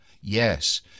Yes